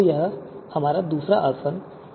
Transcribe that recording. तो यह हमारा दूसरा आसवन है